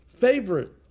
Favorite